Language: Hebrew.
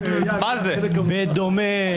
אתה